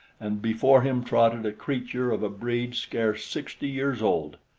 and before him trotted a creature of a breed scarce sixty years old.